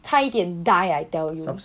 差一点 die I tell you